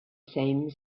same